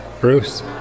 Bruce